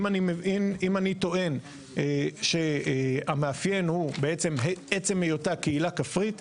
אם אני טוען שהמאפיין הוא בעצם עצם היותה קהילה כפרית,